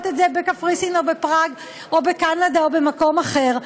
את הזה בקפריסין או בפראג או בקנדה או במקום אחר,